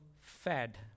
fed